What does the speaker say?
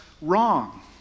wrong